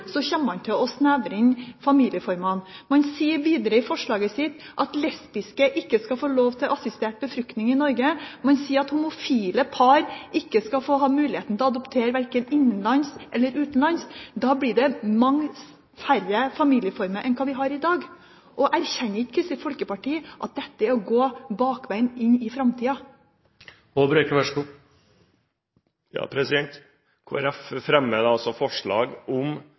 man til å snevre inn familieformene. Man sier videre i forslaget at lesbiske ikke skal få lov til å få assistert befruktning i Norge, og man sier at homofile ikke skal få ha muligheten til å adoptere verken innenlands eller utenlands. Da blir det mange færre familieformer enn det vi har i dag. Erkjenner ikke Kristelig Folkeparti at dette er å gå bakveien inn i framtida?